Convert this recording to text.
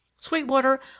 Sweetwater